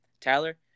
Tyler